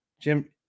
Jim